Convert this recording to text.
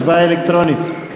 הצבעה אלקטרונית.